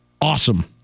awesome